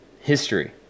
history